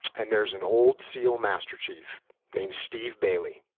and there's an old seal master chief named steve bailey.